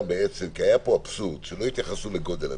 היה פה אבסורד, שלא התייחסו לגודל המבנה.